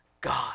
God